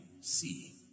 see